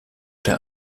der